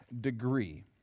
degree